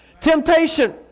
Temptation